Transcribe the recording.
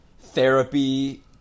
therapy